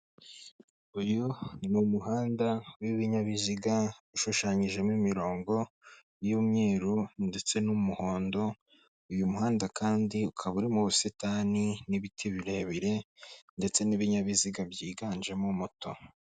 Uyu ni umuhanda w'ibinyabiziga, ushushanyijemo imirongo y'umweruru ndetse n'umuhondo, uyu muhanda kandi ukaba urimo ubusitani n'ibiti birebire ndetse n'ibinyabiziga byiganjemo moto.